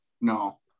no